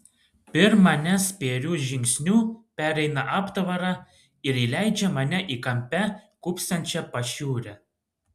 pirm manęs spėriu žingsniu pereina aptvarą ir įleidžia mane į kampe kūpsančią pašiūrę